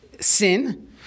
sin